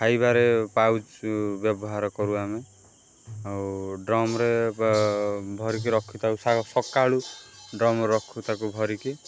ଖାଇବାରେ ପାଉଚ୍ ବ୍ୟବହାର କରୁ ଆମେ ଆଉ ଡ୍ରମ୍ ରେ ବା ଭରିକି ରଖିଥାଉ ସକାଳୁ ଡ୍ରମ୍ ରଖୁ ତାକୁ ଭରିକି